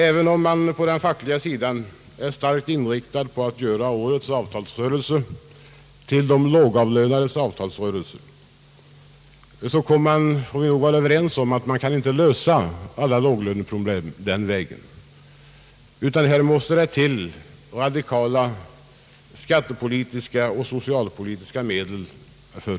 Även om den fackliga rörelsen är starkt inriktad på att göra årets avtals rörelse till de lågavlönades avtalsrörelse, kan vi nog vara överens om att alla låglöneproblem inte kan lösas den vägen. Här måste det till radikala skattepolitiska och socialpolitiska medel.